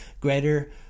greater